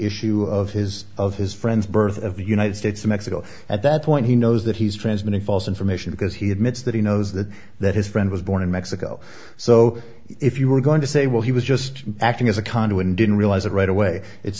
issue of his of his friend's birth of the united states to mexico at that point he knows that he's transmitting false information because he admits that he knows that that his friend was born in mexico so if you were going to say well he was just acting as a conduit and didn't realize it right away it's